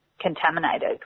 contaminated